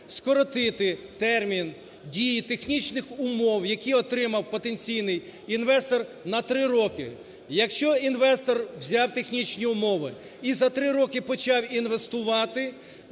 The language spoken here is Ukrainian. Скоротити термін дії технічних умов, які отримав потенційний інвестор, на три роки. Якщо інвестор взяв технічні умови і за три роки почав інвестувати,